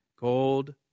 Gold